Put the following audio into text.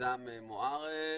מיזם מוארד.